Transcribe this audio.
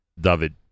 David